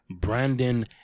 Brandon